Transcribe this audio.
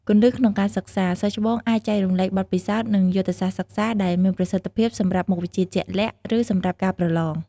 គន្លឹះក្នុងការសិក្សា សិស្សច្បងអាចចែករំលែក បទពិសោធន៍ និង យុទ្ធសាស្ត្រសិក្សា ដែលមានប្រសិទ្ធភាពសម្រាប់មុខវិជ្ជាជាក់លាក់ ឬសម្រាប់ការប្រឡង។